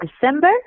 December